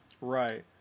Right